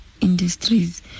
industries